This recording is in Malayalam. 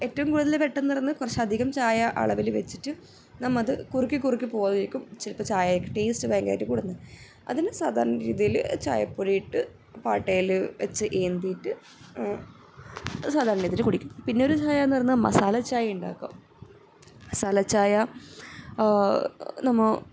ഏറ്റവും കൂടുതൽ പെട്ടന്ന് നടന്ന് കുറച്ചധികം ചായ അളവിൽ വച്ചിട്ട് നമ്മളത് കുറുക്കി കുറുക്കി പോവുമായിരിക്കും ചിലപ്പം ചായയുടെ ടേസ്റ്റ് ഭയങ്കരമായിട്ട് കൂടുന്നെ അതിന് സാധാരണ രീതിയിൽ ചായപ്പൊടി ഇട്ട് പാട്ടയിൽ വച്ച് ഏന്തീട്ട് സാധാരണ രീതിയിൽ കുടിക്കും പിന്നൊരു ചായയെന്ന് പറയുന്ന മസാല ചായ ഉണ്ടാക്കും മസാല ചായ നമ്മൾ